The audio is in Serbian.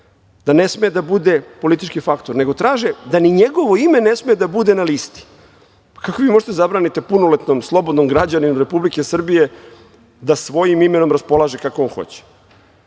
da ne sme da bude politički faktor, nego traže da ni njegovo ime ne sme da bude na listi. Kako vi možete da zabranite punoletnom, slobodnom građaninu Republike Srbije da svojim imenom raspolaže kako on hoće?